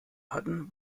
hatten